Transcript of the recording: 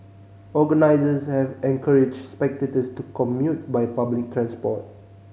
organisers have encouraged spectators to commute by public transport